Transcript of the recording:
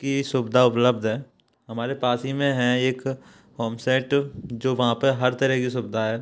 की सुविधा उपलब्ध है हमारे पास ही में हैं एक होम सेट जो वहाँ पे हर तरह की सुविधा है